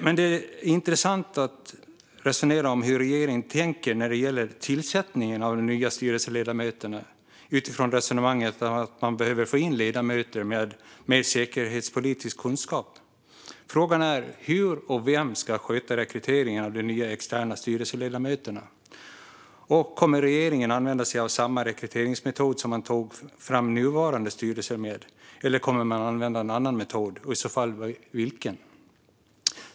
Utifrån resonemanget att man behöver få in ledamöter med mer säkerhetspolitisk kunskap är det därför intressant att resonera om hur regeringen tänker. Frågan är hur och vem som ska sköta rekryteringen av de nya externa styrelseledamöterna. Kommer regeringen att använda sig av samma rekryteringsmetod som när man tog fram nuvarande styrelser? Eller kommer man att använda sig av en annan metod? I så fall vilken?